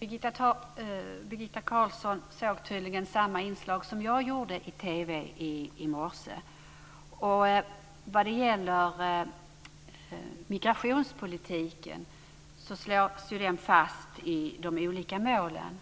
Herr talman! Birgitta Carlsson såg tydligen samma inslag i TV i morse som jag såg. Migrationspolitiken slås ju fast i de olika målen.